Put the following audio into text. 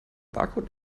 barcode